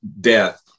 death